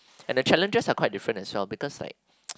and the challenges are quite different as well because like